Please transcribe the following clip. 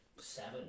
Seven